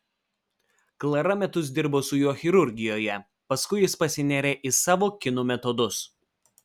klara metus dirbo su juo chirurgijoje paskui jis pasinėrė į savo kinų metodus